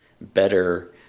Better